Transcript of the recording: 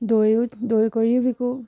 দৈয়ো দৈ কৰিও বিকো